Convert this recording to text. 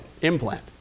implant